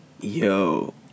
Yo